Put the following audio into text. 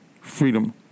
Freedom